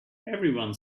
everyone